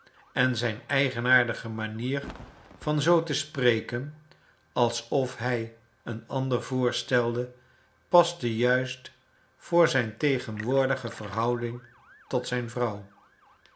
en zijn eigenaardige manier van zoo te spreken alsof hij een ander voorstelde paste juist voor zijn tegenwoordige verhouding tot zijn vrouw